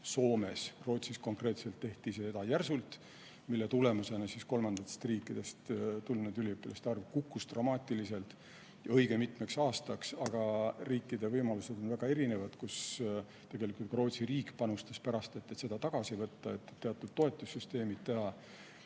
kohta. Rootsis konkreetselt tehti seda järsult, mille tulemusena kolmandatest riikidest pärit üliõpilaste arv kukkus dramaatiliselt õige mitmeks aastaks. Aga riikide võimalused on väga erinevad ja tegelikult Rootsi riik panustas pärast, et seda tagasi pöörata ja teatud toetussüsteemid teha.